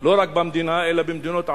לא רק במדינה, אלא במדינות ערב,